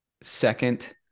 second